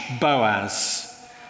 Boaz